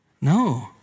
No